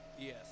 Yes